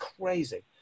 crazy